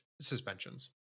suspensions